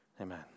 Amen